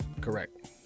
Correct